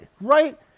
right